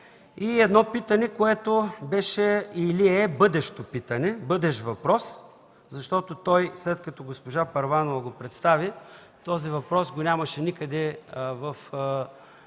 – едно питане, което беше или е бъдещо питане, бъдещ въпрос, защото след като госпожа Първанова го представи, този въпрос го нямаше никъде в